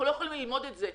אנחנו לא יכולים ללמוד את זה,